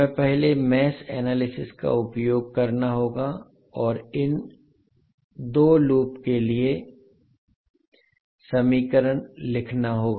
हमें पहले mesh analysis का उपयोग करना होगा और इन 2 लूप के लिए समीकरण लिखना होगा